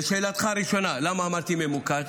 למה אמרתי ממוקד?